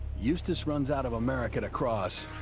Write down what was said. eustace runs out of america to cross.